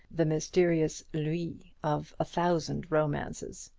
the mysterious lui of a thousand romances.